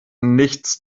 nichts